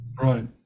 right